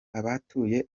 abatuye